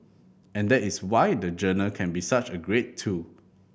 and that is why the journal can be such a great tool